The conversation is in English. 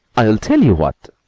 i'll tell you what,